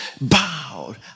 Bowed